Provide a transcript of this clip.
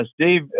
Steve